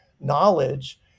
knowledge